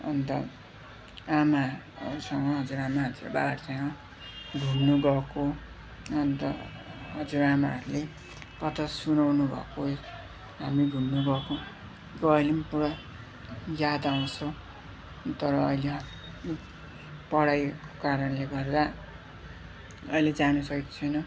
अन्त आमाहरूसँग हजुरआमाहरूसँग बाहरूसँग घुम्नगएको अन्त हजुरआमाहरूले कथा सुनाउनुभएको हामी घुम्नगएको अहिले पनि पुरा याद आउँछ तर अहिले पढाइको कारणले गर्दा अहिले जानसकेको छुइनँ